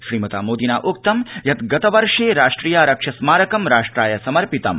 श्रीमता मोदिना उक्तं यत् गतवर्षे राष्ट्रियारक्षिस्मार राष्ट्राय समर्पितम्